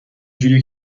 جوریه